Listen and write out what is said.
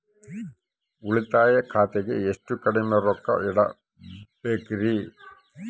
ಉಳಿತಾಯ ಖಾತೆಗೆ ಎಷ್ಟು ಕಡಿಮೆ ರೊಕ್ಕ ಇಡಬೇಕರಿ?